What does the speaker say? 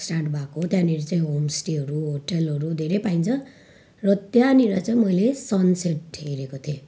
start भएको हो त्यहाँनेरि चाहिँ होमस्टेहरू होटेलहरू धेरै पाइन्छ र त्यहाँनेर चाहिँ मैले सन सेट हेरेको थिएँ